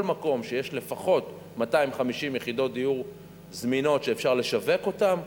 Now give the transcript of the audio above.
כל מקום שיש בו לפחות 250 יחידות דיור זמינות שאפשר לשווק אותן,